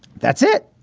that's it.